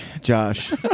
Josh